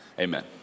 Amen